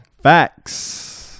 facts